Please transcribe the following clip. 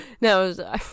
no